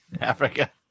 Africa